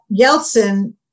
Yeltsin